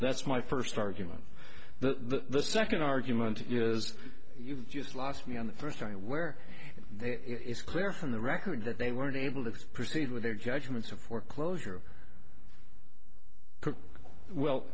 that's my first argument the second argument is you've just lost me on the first time where it's clear from the record that they were unable to proceed with their judgments of foreclosure well